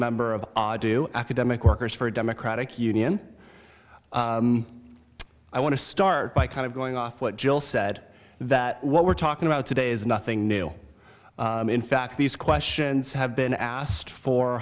member of aa do academic workers for a democratic union i want to start by kind of going off what joel said that what we're talking about today is nothing new in fact these questions have been asked for